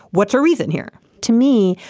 what's the reason here? to me,